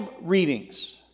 readings